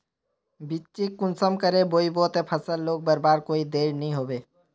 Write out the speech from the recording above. बिच्चिक कुंसम करे बोई बो ते फसल लोक बढ़वार कोई देर नी होबे?